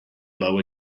blow